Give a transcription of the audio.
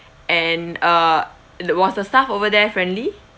and uh was the staff over there friendly